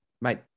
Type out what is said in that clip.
mate